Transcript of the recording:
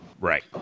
Right